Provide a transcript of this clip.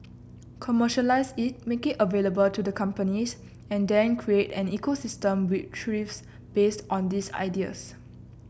commercialise it make it available to the companies and then create an ecosystem which thrives based on these ideas